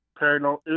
paranormal